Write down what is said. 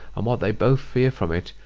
and what they both fear from it,